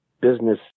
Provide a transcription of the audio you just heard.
business